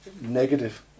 negative